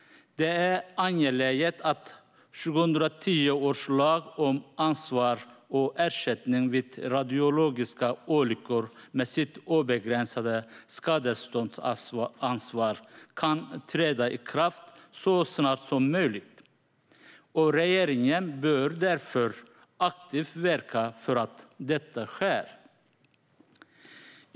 Det är angeläget att 2010 års lag om ansvar och ersättning vid radiologiska olyckor, med sitt obegränsade skadeståndsansvar, kan träda i kraft så snart som möjligt. Regeringen bör därför aktivt verka för att detta sker.